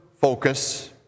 focus